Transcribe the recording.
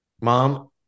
Mom